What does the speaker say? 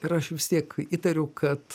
ir aš vis tiek įtariu kad